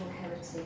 heritage